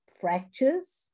fractures